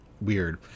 weird